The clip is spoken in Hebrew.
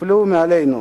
ייפלו מעלינו,